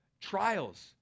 trials